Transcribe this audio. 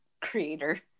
creator